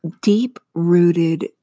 deep-rooted